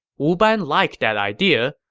wu ban liked that idea,